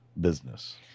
business